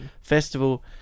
Festival